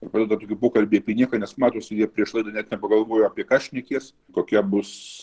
ir pradeda tokį pokalbį apie nieką nes matosi jie prieš laidą net nepagalvojo apie ką šnekės kokia bus